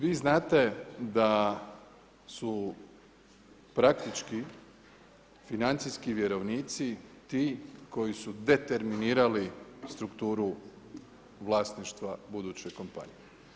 Vi znate da su praktički financijski vjerovnici ti koji su determinirali strukturu vlasništva buduće kompanije.